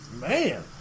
man